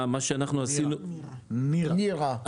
נירה,